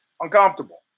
uncomfortable